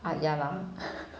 ah ya lah